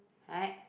right